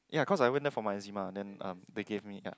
ya cause I went there for my eczema then um they gave me ya